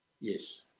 Yes